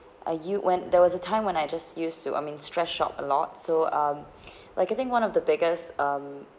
ah you when there was a time when I just used to I mean stress shop a lot so um like I think one of the biggest um